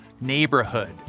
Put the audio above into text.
neighborhood